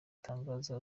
itangaza